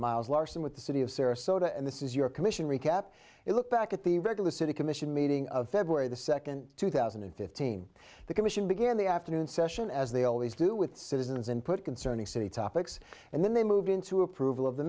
larson with the city of sarasota and this is your commission recap it looked back at the regular city commission meeting of february the second two thousand and fifteen the commission began the afternoon session as they always do with citizens input concerning city topics and then they moved into approval of the